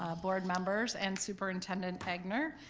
um board members and superintendent egnor.